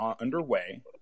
underway